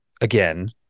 again